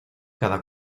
cada